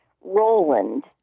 Roland